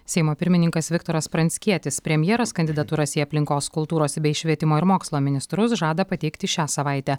seimo pirmininkas viktoras pranckietis premjeras kandidatūras į aplinkos kultūros bei švietimo ir mokslo ministrus žada pateikti šią savaitę